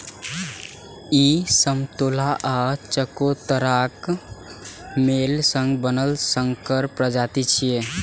ई समतोला आ चकोतराक मेल सं बनल संकर प्रजाति छियै